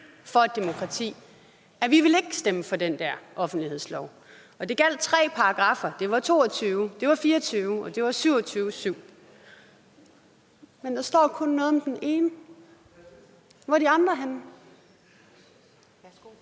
for demokratiet. Vi ville ikke stemme for den der offentlighedslov. Det gjaldt tre paragraffer: 22, 24 og 27.7. Men der står kun noget om den ene. Hvor er de andre henne? Kl.